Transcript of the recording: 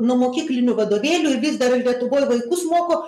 nuo mokyklinių vadovėlių ir vis dar lietuvoj vaikus moko